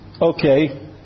Okay